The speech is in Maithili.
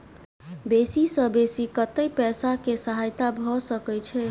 बेसी सऽ बेसी कतै पैसा केँ सहायता भऽ सकय छै?